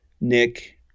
Nick